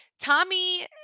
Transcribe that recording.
Tommy